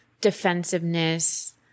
defensiveness